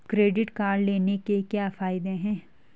Credit card लेने के क्या फायदे हैं?